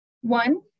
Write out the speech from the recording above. One